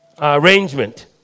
arrangement